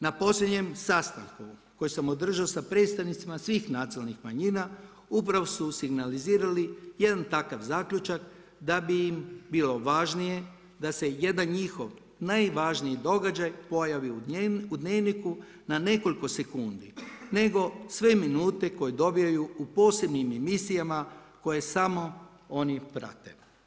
Na posljednjem sastanku koji sam održao sa predstavnicima svih nacionalnih manjina upravo su signalizirali jedan takav zaključak da bi im bilo važnije da se jedan njihov najvažniji događaj pojavi u Dnevniku na nekoliko sekundi, nego sve minute koje dobivaju u posebnim emisijama koje samo oni prate.